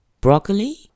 broccoli